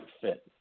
fit